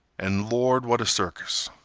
an', lord, what a circus!